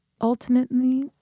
Ultimately